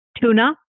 Tuna